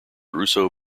russo